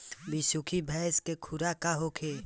बिसुखी भैंस के खुराक का होखे?